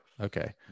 Okay